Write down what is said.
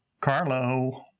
Carlo